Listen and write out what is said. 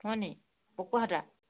হয় নেকি পকোৱা সূতাৰ